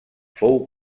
fou